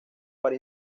para